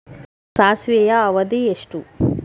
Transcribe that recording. ಸಾಸಿವೆಯ ಅವಧಿ ಎಷ್ಟು?